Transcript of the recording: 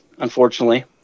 unfortunately